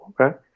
okay